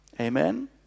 Amen